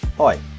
Hi